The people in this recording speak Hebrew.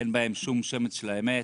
אין בהן שמץ של אמת.